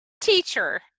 teacher